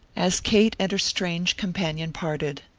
as kate and her strange companion parted,